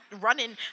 running